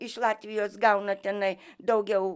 iš latvijos gauna tenai daugiau